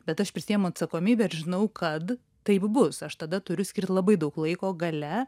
bet aš prisiimu atsakomybę ir žinau kad taip bus aš tada turiu skirt labai daug laiko gale